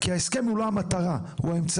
כי ההסכם הוא לא המטרה, הוא האמצעי.